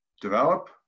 develop